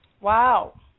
Wow